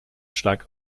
stark